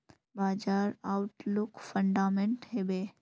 बाजार outlook fundamental हैवै?